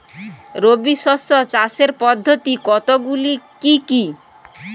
রবি শস্য চাষের পদ্ধতি কতগুলি কি কি?